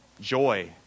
joy